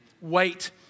Wait